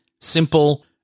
simple